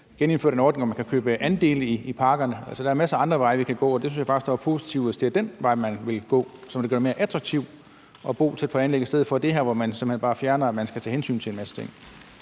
genindføre den ordning, hvor man kan købe andele i parkerne. Altså, der er masser af andre veje, vi kan gå, og jeg synes faktisk, det er positivt, hvis det er den vej, man vil gå. Det vil gøre det mere attraktivt at bo tæt på anlæg i stedet for det her, hvor man simpelt hen bare fjerner, at man skal tage hensyn til en masse ting.